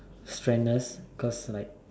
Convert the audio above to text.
strenuous because like